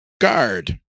Guard